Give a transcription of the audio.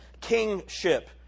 kingship